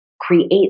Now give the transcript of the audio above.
create